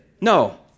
No